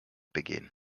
begehen